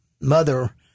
Mother